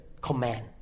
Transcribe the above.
command